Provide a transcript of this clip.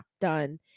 done